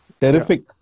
terrific